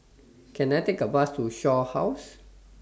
Can I Take A Bus to Shaw House